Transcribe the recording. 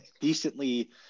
decently